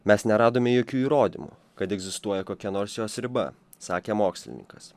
mes neradome jokių įrodymų kad egzistuoja kokia nors jos riba sakė mokslininkas